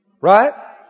Right